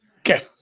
Okay